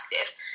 active